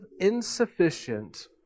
insufficient